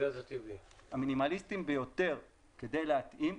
המינימליסטיים ביותר כדי להתאים.